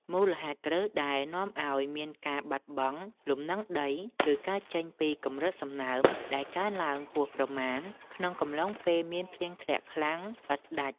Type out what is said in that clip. មូលហេតុគ្រឹះដែលនាំឱ្យមានការបាត់បង់លំនឹងដី គឺកើតចេញពីកម្រិតសំណើមដែលកើនឡើងហួសប្រមាណក្នុងកំឡុងពេលមានភ្លៀងធ្លាក់ខ្លាំងឥតដាច់។